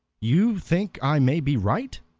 you think i may be right?